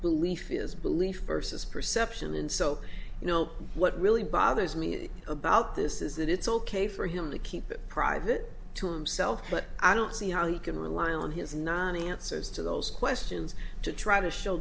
belief ursus perception and so you know what really bothers me about this is that it's ok for him to keep it private to himself but i don't see how you can rely on his nani answers to those questions to try to show